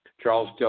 Charles